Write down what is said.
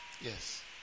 yes